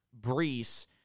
Brees